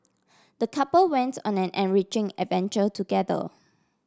the couple wents on an enriching adventure together